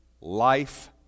life